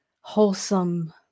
wholesome